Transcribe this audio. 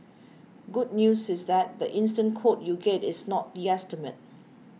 good news is that the instant quote you get is not the estimate